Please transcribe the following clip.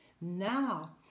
Now